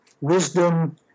wisdom